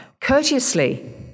courteously